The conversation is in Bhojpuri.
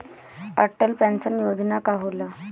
अटल पैंसन योजना का होला?